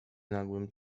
nagłym